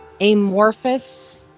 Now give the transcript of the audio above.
Amorphous